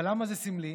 אבל למה זה סמלי?